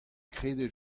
kredet